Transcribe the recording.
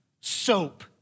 soap